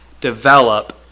develop